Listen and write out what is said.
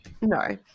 No